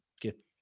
get